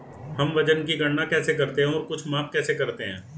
हम वजन की गणना कैसे करते हैं और कुछ माप कैसे करते हैं?